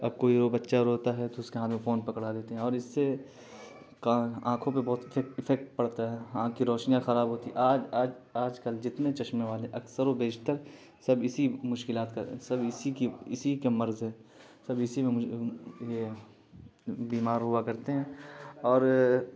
اب کوئی بچہ روتا ہے تو اس کے ہاتھ میں فون پکڑا دیتے ہیں اور اس سے کان آنکھوں پہ بہت افیکٹ پڑتا ہے آنکھ کی روشنیاں خراب ہوتی ہے آج آج آج کل جتنے چشمے والے اکثر و بیشتر سب اسی مشکلات کا سب اسی کی اسی کے مرض ہے سب اسی میں یہ بیمار ہوا کرتے ہیں اور